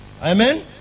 Amen